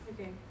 Okay